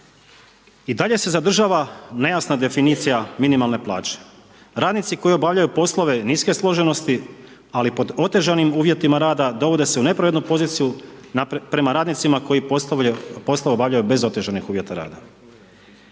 I dalje se zadržava nejasna definicija minimalne plaće. radnici koji obavljaju poslove niske složenosti ali pod otežanim uvjetima rada, dovode se u nepravednu poziciju prema radnicima koji poslove obavljaju bez otežanih uvjeta rada.